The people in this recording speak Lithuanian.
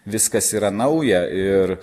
viskas yra nauja ir